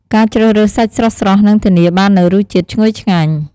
ការជ្រើសរើសសាច់ស្រស់ៗ នឹងធានាបាននូវរសជាតិឈ្ងុយឆ្ងាញ់។